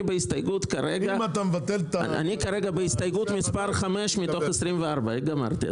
אני כרגע בהסתייגות מספר 5 מתוך 24. איך גמרתי,